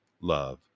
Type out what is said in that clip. love